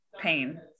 pain